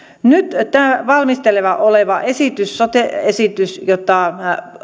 nyt tämä valmisteilla oleva sote esitys jota